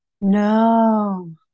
No